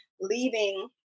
leaving